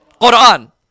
Quran